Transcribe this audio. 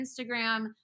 Instagram